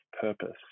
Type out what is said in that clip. purpose